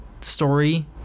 story